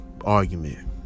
argument